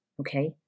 okay